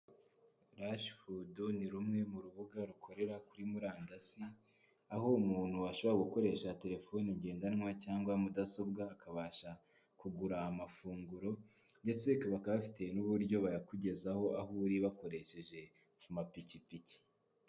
Rashi fudu ni rumwe mu rubuga rukorera kuri murandasi aho umuntu ashobora gukoresha telefone ngendanwa cyangwa mudasobwa akabasha kugura amafunguro, ndetse bakaba bafite n'uburyo bayakugezaho aho uri bakoresheje ku mapikipiki.